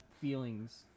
feelings